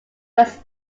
was